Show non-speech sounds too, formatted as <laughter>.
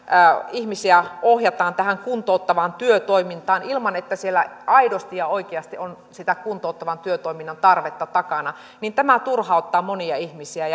ihmisiä ohjataan tähän kuntouttavaan työtoimintaan ilman että siellä aidosti ja oikeasti on sitä kuntouttavan työtoiminnan tarvetta takana ja tämä turhauttaa monia ihmisiä <unintelligible>